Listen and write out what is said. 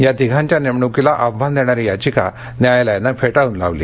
या तिघांच्या नेमणूकीला आव्हान देणारी याचिका न्यायालयानं फे ळून लावली